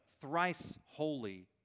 thrice-holy